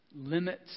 limits